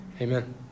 Amen